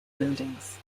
buildings